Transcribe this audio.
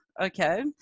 Okay